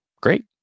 great